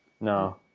No